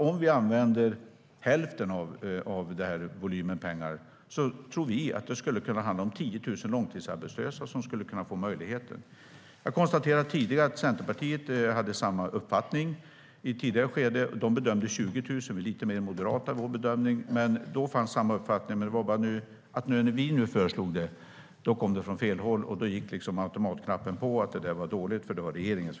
Om vi använder hälften av de här pengarna tror vi att 10 000 långtidsarbetslösa skulle kunna få möjlighet till jobb. Jag konstaterade att Centerpartiet hade samma uppfattning i ett tidigare skede, även om de bedömde att det rör 20 000 långtidsarbetslösa medan vi är lite mer moderata i vår bedömning. Tidigare fanns alltså samma uppfattning. När vi nu föreslog detta kom det dock från fel håll, och automatknappen slogs på - förslaget var dåligt, eftersom det kom från regeringen.